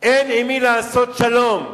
אין עם מי לעשות שלום.